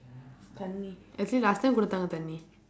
தண்ணீ:thannii actually last time கொடுத்தாங்க தண்ணீ:koduththaangka